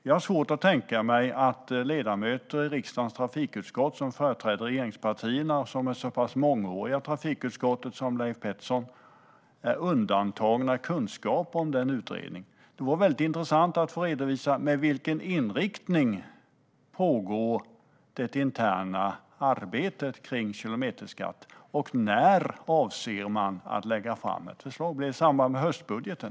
Jag har svårt att tänka mig att ledamöter som företräder regeringspartierna i riksdagens trafikutskott och som är så pass mångåriga i trafikutskottet som Leif Pettersson är undantagna kunskap om denna utredning. Det vore intressant att få en redovisning av vilken inriktning det interna arbetet om kilometerskatten har. Och när avser man att lägga fram ett förslag? Blir det i samband med höstbudgeten?